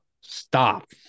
Stop